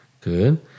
Good